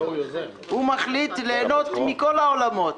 -- זאת אומרת הוא מחליט ליהנות מכל העולמות: